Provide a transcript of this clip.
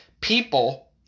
people